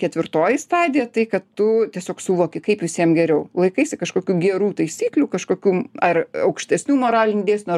ketvirtoji stadija tai kad tu tiesiog suvoki kaip visiem geriau laikaisi kažkokių gerų taisyklių kažkokių ar aukštesnių moralinių dėsnių